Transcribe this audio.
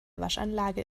waschanlage